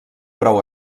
prou